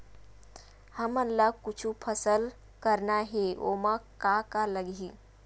हमन ला कुछु फसल करना हे ओमा का का लगही?